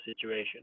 situation